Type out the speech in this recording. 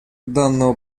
данного